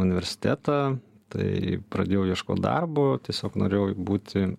universitetą tai pradėjau ieškot darbo tiesiog norėjau būti